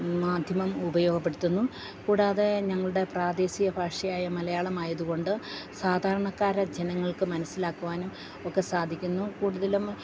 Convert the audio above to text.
മാധ്യമം ഉപയോഗപ്പെടുത്തുന്നു കൂടാതെ ഞങ്ങളുടെ പ്രാദേശിക ഭാഷയായ മലയാളമായത് കൊണ്ട് സാധാരണക്കാർ ജനങ്ങൾക്ക് മനസ്സിലാക്കുവാനും ഒക്കെ സാധിക്കുന്നു കൂടുതലും